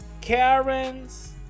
Karens